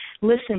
listen